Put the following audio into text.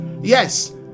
Yes